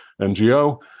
NGO